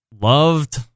loved